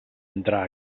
entrà